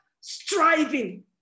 striving